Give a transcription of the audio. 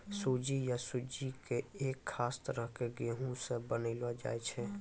सूजी या सुज्जी कॅ एक खास तरह के गेहूँ स बनैलो जाय छै